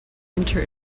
enter